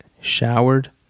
showered